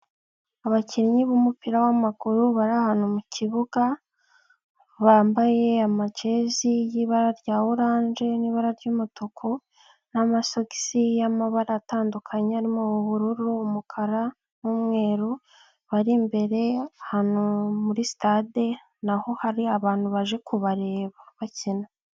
Abakinnyi b'umupira wamaguru bari ahantu mu kibuga bambaye amajezi y'ibara rya orange n'ibara ry'umutuku n'amasogisi y'amabara atandukanye arimo ubururu, umukara n'umweru bari imbere ahantu muri sitade naho hari abantu baje kubareba bakina.